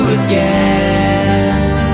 again